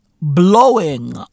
blowing